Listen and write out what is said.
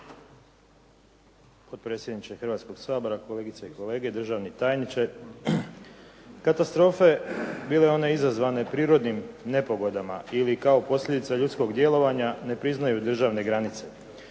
Potpredsjedniče Hrvatskog sabora, kolegice i kolege, državni tajniče. Katastrofe bile one izazvane prirodnim nepogodama ili kao posljedica ljudskog djelovanja ne priznaju državne granice,